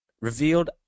revealed